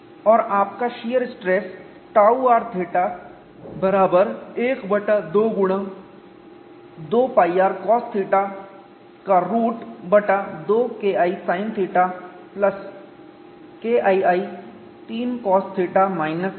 और आपका shear stress टाउrθ बराबर 1 बटा 2 गुणा 2πrcosθ का रूट बटा 2KISin θ प्लस KII3Cosθ माइनस 1 है